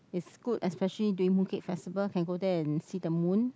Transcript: it's good especially during Mooncake Festival can go there and see the moon